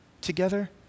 together